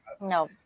No